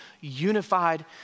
unified